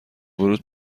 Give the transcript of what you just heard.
ورود